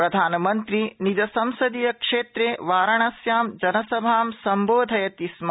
प्रधानमन्त्री निजसंसदीयक्षेत्रे वाराणस्यां जनसभा सेवोधयति सम